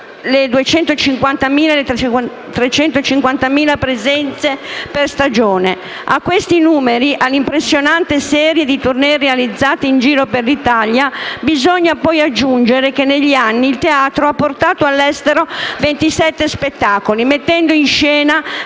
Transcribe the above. le 250.000 e le 350.000 presenze per stagione. A questi numeri, all'impressionante serie di *tournée* realizzate in giro per l'Italia, bisogna poi aggiungere che negli anni il teatro ha portato all'estero 27 spettacoli, mettendo in scena